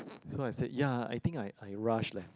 so I said ya I think I I rushed leh